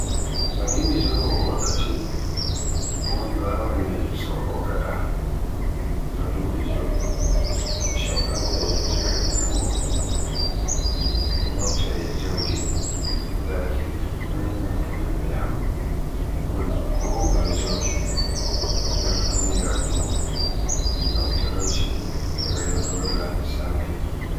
So ni mi njaahowo wakkati bo mi wawan mi Soo gada dubi chappande jewegoo, mi mobtay jawdi, daki min ne bibbe am buri konmoye jawdi e nder duniyaaru ndu. Ngam talauci e welo wela sanne.